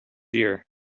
ear